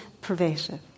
pervasive